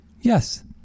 Yes